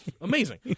Amazing